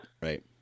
Right